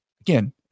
again